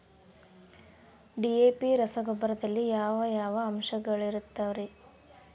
DAP ರಸಗೊಬ್ಬರದಲ್ಲಿ ಯಾವ ಯಾವ ಅಂಶಗಳಿರುತ್ತವರಿ?